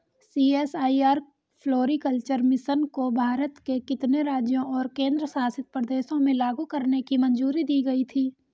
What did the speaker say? CSIR floriculture mission को भारत के कितने राज्यों और केंद्र शासित प्रदेशों में लागू करने की मंजूरी दी गई थी?